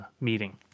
meeting